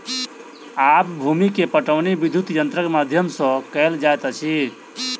आब भूमि के पाटौनी विद्युत यंत्रक माध्यम सॅ कएल जाइत अछि